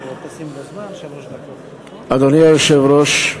אדוני היושב-ראש,